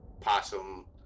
possum